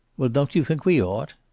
well, don't you think we ought?